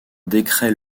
décret